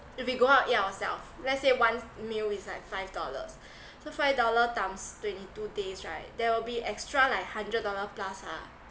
if we go out eat ourselves let's say one meal is like five dollars so five dollar times twenty two days right there will be extra like hundred dollar plus ah